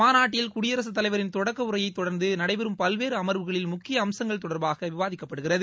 மாநாட்டில் குடியரசு தலைவரின் தொடக்க உரையை தொடர்ந்து நடைபெறும் பல்வேறு அமர்வுகளில் முக்கிய அம்சங்கள் தொடர்பாக விவாதிக்கப்படுகிறது